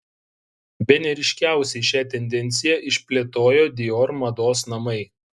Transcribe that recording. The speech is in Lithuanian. bene ryškiausiai šią tendenciją išplėtojo dior mados namai